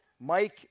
Mike